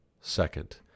second